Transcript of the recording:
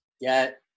get